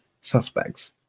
suspects